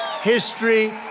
history